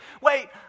Wait